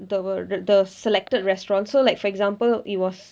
the re~ the selected restaurants so like for example it was